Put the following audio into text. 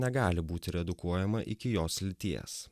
negali būti redukuojama iki jos lyties